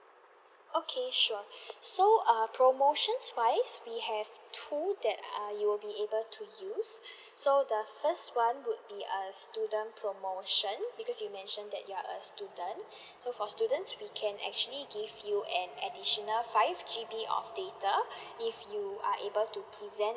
okay sure so err promotions wise we have two that err you would be able to use so the first one would be a student promotion because you mentioned that you are a student so for students we can actually give you an additional five G_B of data if you are able to present